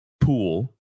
pool